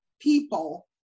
people